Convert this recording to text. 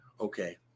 okay